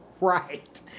Right